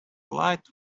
light